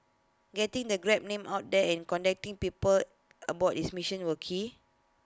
getting the grab name out there and connecting people about its mission were key